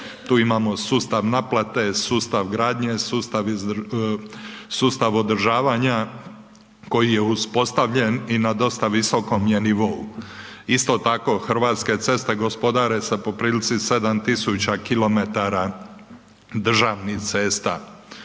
Tu imamo sustav naplate, sustav gradnje, sustav održavanja koji je uspostavljen i na dosta visokom je nivou. Isto tako Hrvatske ceste gospodare sa po prilici 7.000 km državnih cesta,